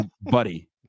buddy